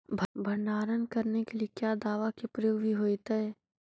भंडारन करने के लिय क्या दाबा के प्रयोग भी होयतय?